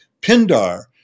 Pindar